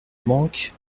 banque